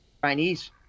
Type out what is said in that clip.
chinese